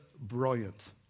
brilliant